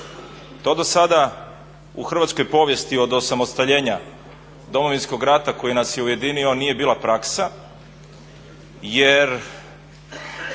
To do sada u hrvatskoj povijesti od osamostaljenja Domovinskog rata koji nas je ujedinio nije bila praksa jer